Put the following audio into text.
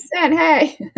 hey